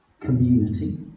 community